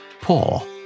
Paul